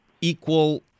equal